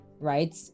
right